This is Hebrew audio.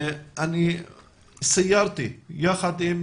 אני סיירתי בנגב לפני כשבוע יחד עם